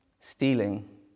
stealing